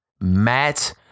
Matt